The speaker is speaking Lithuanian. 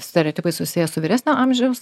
stereotipai susiję su vyresnio amžiaus